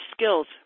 skills